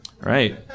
Right